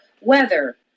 weather